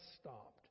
stopped